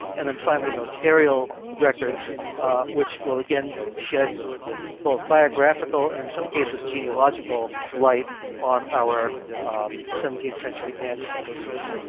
and then finally notarial records which will again shed both biographical and, in some cases, genealogical light on our seventeenth-century ancestors.